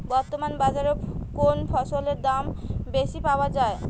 বর্তমান বাজারে কোন ফসলের দাম বেশি পাওয়া য়ায়?